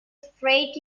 straight